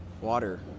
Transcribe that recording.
water